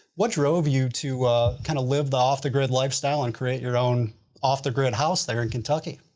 what drove you to kind of live the off-the-grid lifestyle and create your own off-the-grid house there in kentucky?